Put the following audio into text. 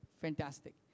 Fantastic